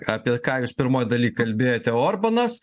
apie ką jūs pirmoj daly kalbėjote orbanas